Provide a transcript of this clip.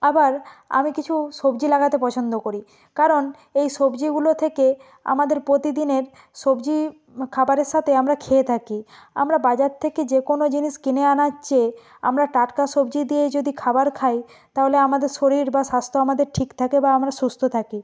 আবার আমি কিছু সবজি লাগাতে পছন্দ করি কারণ এই সবজিগুলো থেকে আমাদের প্রতিদিনের সবজি খাবারের সাথে আমরা খেয়ে থাকি আমরা বাজার থেকে যে কোনো জিনিস কিনে আনার চেয়ে আমরা টাটকা সবজি দিয়েই যদি খাবার খাই তাহলে আমাদের শরীর বা স্বাস্থ্য আমাদের ঠিক থাকে বা আমরা সুস্থ থাকি